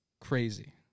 crazy